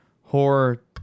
horror